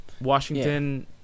Washington